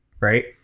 right